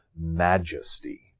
majesty